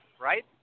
right